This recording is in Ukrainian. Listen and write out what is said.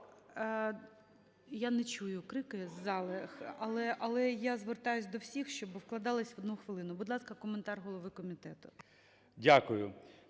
Я не чую крики із зали, але я звертаюсь до всіх, щоби вкладалися в одну хвилину. Будь ласка, коментар голови комітету.